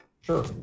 Sure